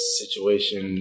situation